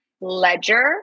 ledger